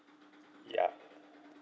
ya